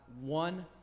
one